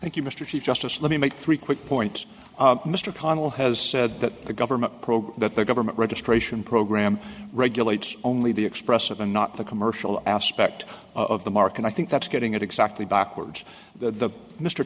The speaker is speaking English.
thank you mr chief justice let me make three quick points mr connell has said that the government program that the government registration program regulates only the expressive and not the commercial aspect of the mark and i think that's getting it exactly backwards the mr